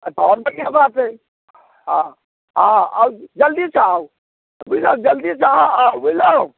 तहन तऽ नहि होयबाके अइ हँ हँ आउ जल्दीसँ आउ बुझलहुँ जल्दीसँ अ हाँ आउ बुझलहुँ